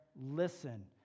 listen